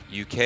UK